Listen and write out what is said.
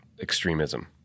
extremism